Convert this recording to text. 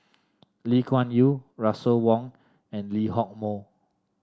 Lee Kuan Yew Russel Wong and Lee Hock Moh